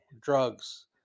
drugs